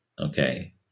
okay